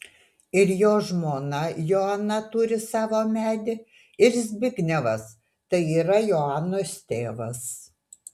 ir jo žmona joana turi savo medį ir zbignevas tai yra joanos tėvas